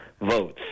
votes